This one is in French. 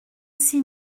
six